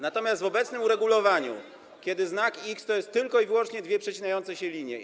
Natomiast w obecnym uregulowaniu, kiedy znak X to są tylko i wyłącznie dwie przecinające się linie.